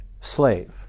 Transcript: slave